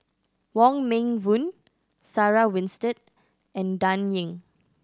Wong Meng Voon Sarah Winstedt and Dan Ying